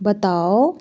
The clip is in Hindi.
बताओ